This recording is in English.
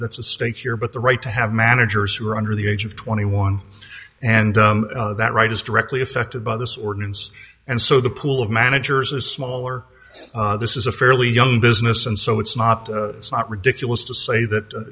that's a stake here but the right to have managers who are under the age of twenty one and that right is directly affected by this ordinance and so the pool of managers is smaller this is a fairly young business and so it's not it's not ridiculous to say that